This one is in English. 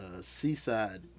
Seaside